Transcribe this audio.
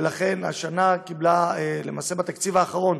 ולכן, למעשה, בתקציב האחרון